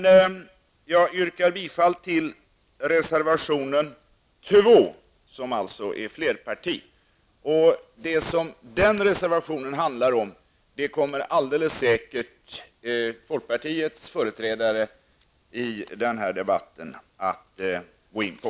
Däremot yrkar jag bifall till reservation 2, flerpartimotionen. Innehållet i den reservationen kommer säkert folkpartiets företrädare i denna debatt att gå in på.